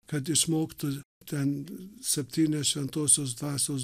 kad išmoktų ten septynias šventosios dvasios